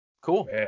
Cool